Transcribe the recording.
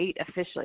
officially